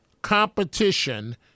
competition